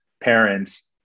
parents